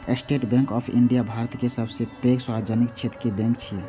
state Bank of India भारतक सबसं पैघ सार्वजनिक क्षेत्र के बैंक छियै